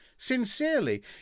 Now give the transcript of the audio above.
Sincerely